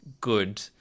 good